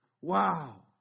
Wow